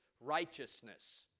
righteousness